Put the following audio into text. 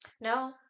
No